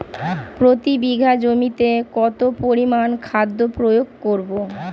প্রতি বিঘা জমিতে কত পরিমান খাদ্য প্রয়োগ করব?